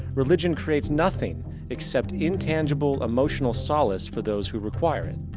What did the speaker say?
religion creates nothing except intangible emotional solace for those who require it.